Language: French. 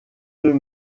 deux